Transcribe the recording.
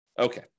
Okay